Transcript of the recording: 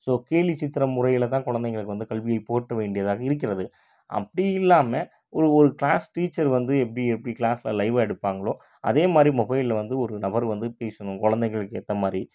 so கேலி சித்திர முறையில் தான் கொழந்தைங்களுக்கு வந்து கல்வியை போற்ற வேண்டியதாக இருக்கிறது அப்படி இல்லாமல் ஒரு க்ளாஸ் டீச்சர் வந்து எப்படி எப்படி க்ளாஸில் லைவ்வாக எடுப்பாங்களோ அதேமாதிரி மொபைலில் வந்து ஒரு நபர் வந்து பேசணும் கொழந்தைகளுக்கு ஏற்ற மாதிரி